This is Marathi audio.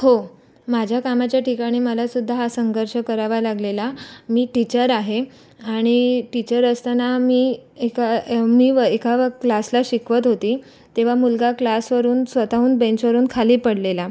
हो माझ्या कामाच्या ठिकाणी मलासुद्धा हा संघर्ष करावा लागलेला मी टीचर आहे आणि टीचर असताना मी एका मी व एका व क्लासला शिकवत होती तेव्हा मुलगा क्लासवरून स्वतःहून बेंचवरून खाली पडलेला